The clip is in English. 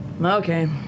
Okay